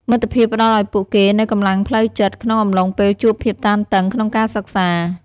មិត្តភាពផ្តល់ឱ្យពួកគេនូវកម្លាំងផ្លូវចិត្តក្នុងអំឡុងពេលជួបភាពតានតឹងក្នុងការសិក្សា។